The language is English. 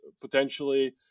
potentially